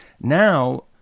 Now